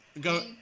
go